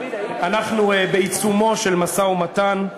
אנחנו בעיצומו של משא-ומתן,